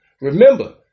Remember